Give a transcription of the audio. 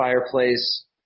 fireplace